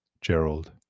gerald